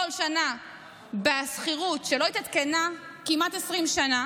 שנה בשכירות שלא התעדכנה כמעט 20 שנה